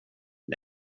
med